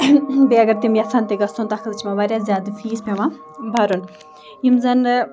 بیٚیہِ اگر تِم یَژھَن تہِ گژھُن تَتھ خٲطرٕ چھِ پٮ۪وان واریاہ زیادٕ فیٖس پٮ۪وان بَرُن یِم زَنہٕ